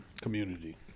community